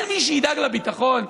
אין מי שידאג לביטחון?